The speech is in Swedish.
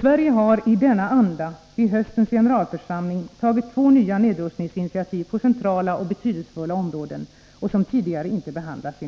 Sverige har i denna anda vid höstens generalförsamling tagit två nya nedrustningsinitiativ på centrala och betydelsefulla områden, som tidigare inte behandlats.